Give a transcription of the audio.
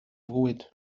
fwyd